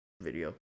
video